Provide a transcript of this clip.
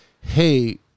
Hey